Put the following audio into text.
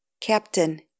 Captain